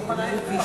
אני מוכנה לפתוח.